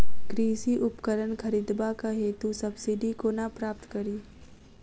कृषि उपकरण खरीदबाक हेतु सब्सिडी कोना प्राप्त कड़ी?